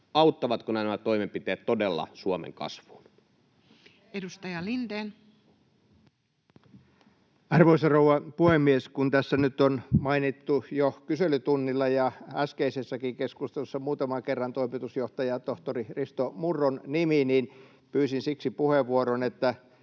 vuoden 2024 kolmanneksi lisätalousarvioksi Time: 18:26 Content: Arvoisa rouva puhemies! Kun tässä nyt on mainittu jo kyselytunnilla ja äskeisessäkin keskustelussa muutaman kerran toimitusjohtaja, tohtori Risto Murron nimi, niin pyysin siksi puheenvuoron, että